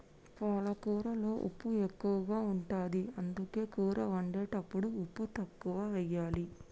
పాలకూరలో ఉప్పు ఎక్కువ ఉంటది, అందుకే కూర వండేటప్పుడు ఉప్పు తక్కువెయ్యాలి